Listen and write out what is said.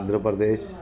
Andhra Pradesh